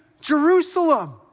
Jerusalem